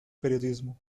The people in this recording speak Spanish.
periodismo